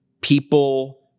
people